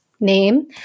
name